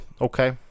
okay